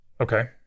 Okay